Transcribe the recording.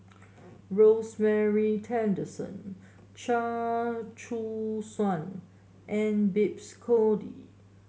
Rosemary Tessensohn Chia Choo Suan and Babes Conde